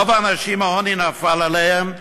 רוב האנשים, העוני נפל עליהם,